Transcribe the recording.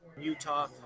utah